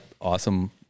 awesome